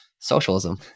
socialism